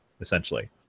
essentially